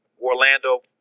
Orlando